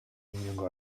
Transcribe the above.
inongo